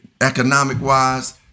economic-wise